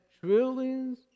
trillions